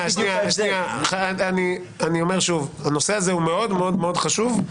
הנושא הזה הוא מאוד מאוד חשוב.